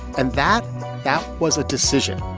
and that that was a decision,